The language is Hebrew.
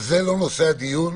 זה לא נושא הדיון.